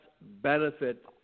benefit